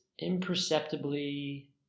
imperceptibly